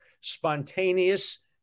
spontaneous